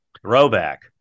throwback